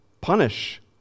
punish